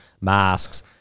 masks